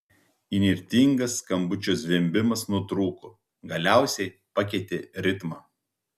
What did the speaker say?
įnirtingas skambučio zvimbimas nutrūko galiausiai pakeitė ritmą